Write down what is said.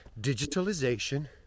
digitalization